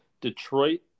Detroit